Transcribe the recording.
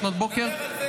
עשית גם דברים טובים.